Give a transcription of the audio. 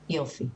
יופי.